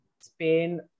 Spain